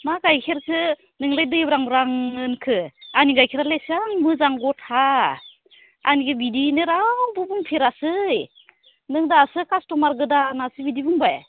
मा गायखेरखो नोंलाय दैब्रांब्रां होनखो आंनि गायखेरालाय एसां मोजां गथा आंनिखो बिदियैनो रावबो बुंफेराखै नों दासो कास्टमार गोदानासो बिदि बुंबाय